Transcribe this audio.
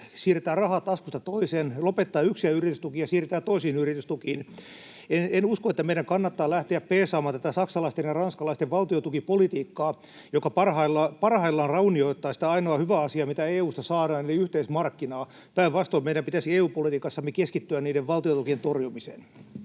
siirretään rahaa taskusta toiseen, lopetetaan yksiä yritystukia ja siirretään toisiin yritystukiin. En usko, että meidän kannattaa lähteä peesaamaan tätä saksalaisten ja ranskalaisten valtiontukipolitiikkaa, joka parhaillaan raunioittaa sitä ainoaa hyvää asiaa, mitä EU:sta saadaan, eli yhteismarkkinaa. Päinvastoin, meidän pitäisi EU-politiikassamme keskittyä niiden valtiontukien torjumiseen.